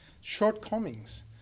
shortcomings